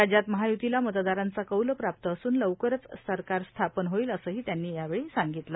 राज्यात महायुतीला मतदारांचा कौल प्राप्त असून लवकरच सरकार स्थापन होईल असंठी त्यांनी यावेळी सांगितलं